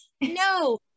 no